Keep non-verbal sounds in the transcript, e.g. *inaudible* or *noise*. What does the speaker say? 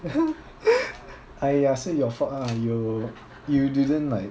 *laughs* !aiya! 是 your fault ah you you didn't like